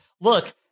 look